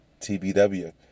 TBW